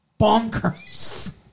bonkers